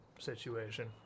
situation